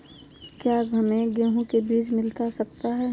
क्या हमे गेंहू के बीज मिलता सकता है?